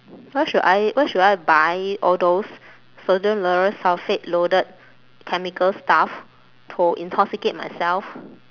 why should I why should I buy all those sodium lauryl sulfate loaded chemical stuff to intoxicate myself